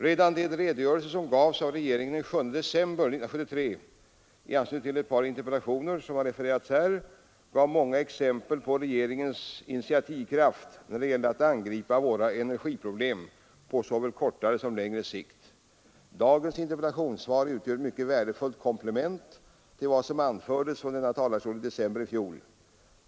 Redan de redogörelser som gavs av regeringen den 7 december 1973 i anslutning till ett par interpellationer som har refererats här gav många exempel på regeringens initiativkraft när det gäller att angripa våra energiproblem på såväl kortare som längre sikt. Dagens interpellationssvar utgör ett mycket värdefullt komplement till vad som anfördes från kammarens talarstol i december i fjol.